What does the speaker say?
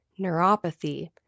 neuropathy